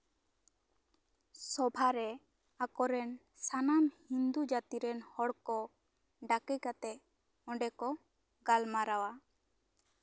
ᱥᱚᱵᱷᱟᱨᱮ ᱟᱠᱚᱨᱮᱱ ᱥᱟᱱᱟᱢ ᱦᱤᱱᱫᱩ ᱡᱟᱹᱛᱤ ᱨᱮᱱ ᱦᱚᱲ ᱠᱚ ᱰᱟᱠᱮ ᱠᱟᱛᱮᱜ ᱚᱸᱰᱮ ᱠᱚ ᱜᱟᱞᱢᱟᱨᱟᱣᱟ